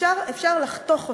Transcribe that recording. אפשר לחתוך אותו.